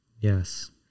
Yes